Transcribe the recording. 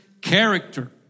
character